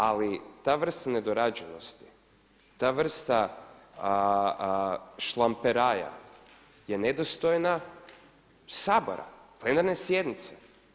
Ali ta vrsta nedorađenosti, ta vrsta šlamperaja ne nedostojna Sabora, plenarne sjednice.